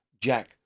Jack